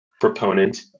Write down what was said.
proponent